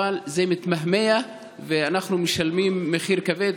אבל זה מתמהמה ואנחנו משלמים מחיר כבד